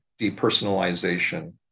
depersonalization